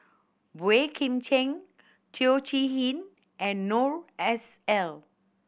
Boey Kim Cheng Teo Chee Hean and Noor S L